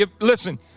Listen